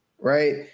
right